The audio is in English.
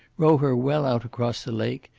row her well out across the lake,